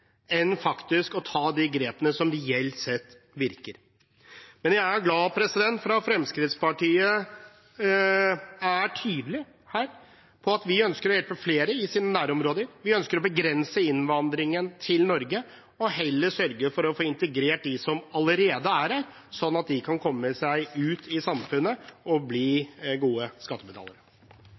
enn faktisk å ta de grepene som reelt sett virker. Jeg er glad for at Fremskrittspartiet her er tydelig på at vi ønsker å hjelpe flere i nærområdene, og at vi ønsker å begrense innvandringen til Norge og heller sørge for å få integrert dem som allerede er her, sånn at de kan komme seg ut i samfunnet og bli gode skattebetalere.